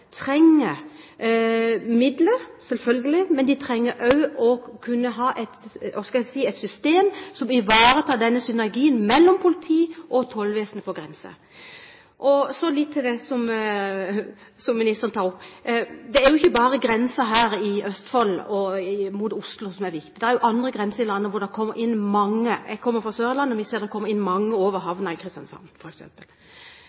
trenger midler, selvfølgelig, men de trenger også å kunne ha et system som ivaretar synergien mellom politiet og tollvesenet ved grensen. Så litt til det som ministeren tar opp. Det er ikke bare grensen i Østfold og veien inn mot Oslo som er viktig, det er jo andre grenser i landet hvor det kommer inn mange. Jeg kommer fra Sørlandet, og vi ser at det kommer inn mange